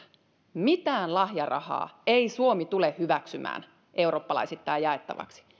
mitään lahjarahaa ei suomi tule hyväksymään eurooppalaisittain jaettavaksi